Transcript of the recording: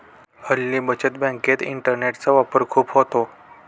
हल्ली बचत बँकेत इंटरनेटचा वापर खूप होतो